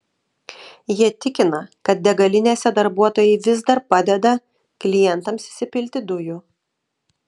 jie tikina kad degalinėse darbuotojai vis dar padeda klientams įsipilti dujų